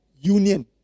union